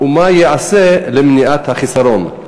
3. מה ייעשה למניעת החיסרון?